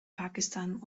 pakistan